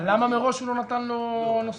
למה מראש הוא לא נתן לו נוסעים?